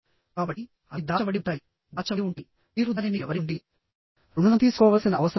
కాబట్టి అవి దాచబడి ఉంటాయి దాచబడి ఉంటాయి మీరు దానిని ఎవరి నుండి రుణం తీసుకోవలసిన అవసరం లేదు